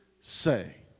say